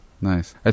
Nice